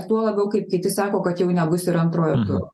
tuo labiau kaip kiti sako kad jau nebus ir antrojo turo